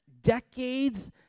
decades